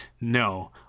No